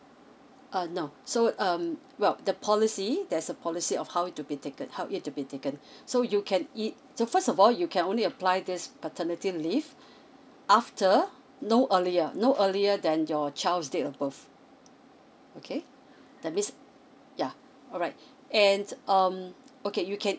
err no so um well the policy there's a policy of how it to be taken how it to be taken so you can eit~ so first of all you can only apply this paternity leave after no earlier no earlier than your child's date of birth okay that means yeah alright and um okay you can